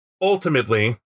ultimately